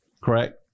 correct